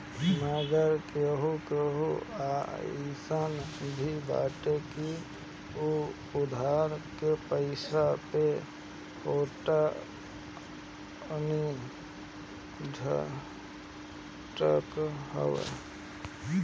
मगर केहू केहू अइसन भी बाटे की उ उधारी के पईसा पे फोटानी झारत हवे